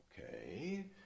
Okay